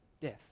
death